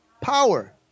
Power